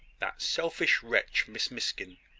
that selfish wretch miss miskin!